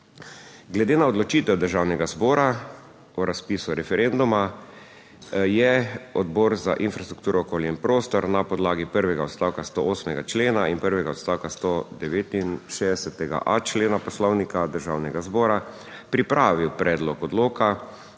Glede na odločitev Državnega zbora o razpisu referenduma je Odbor za infrastrukturo, okolje in prostor na podlagi prvega odstavka 108. člena in prvega odstavka 169. člena Poslovnika Državnega zbora pripravil predlog odloka